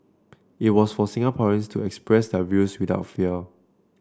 it was for Singaporeans to express their views without fear